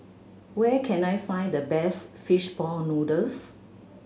where can I find the best fish ball noodles